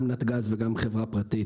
גם נתג"ז וגם חברה פרטית,